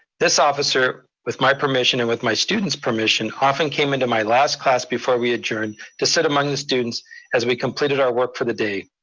this officer, with my permission and with my students' permission, often came into my last class before we adjourned to sit among the students as we completed our work for the day.